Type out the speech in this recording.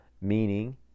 meaning